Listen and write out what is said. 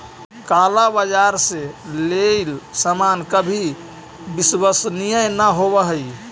काला बाजार से लेइल सामान कभी विश्वसनीय न होवअ हई